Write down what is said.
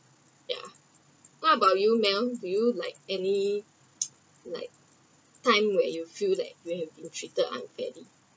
ya what about you mel do you like any like time when you feel like you have been treated unfairly